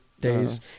days